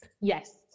Yes